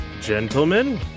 Gentlemen